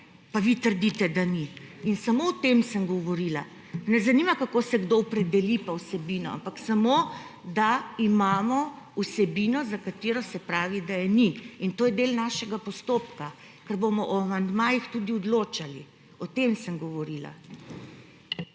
pa vi trdite, da ni. In samo o tem sem govorila. Me ne zanima, kako se kdo opredeli, pa vsebina, ampak samo, da imamo vsebino, za katero se pravi, da je ni. To je del našega postopka, ker bomo o amandmajih tudi odločali. O tem sem govorila.